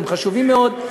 והם חשובים מאוד.